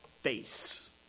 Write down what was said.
Face